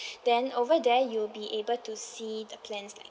then over there you'll be able to see the plans like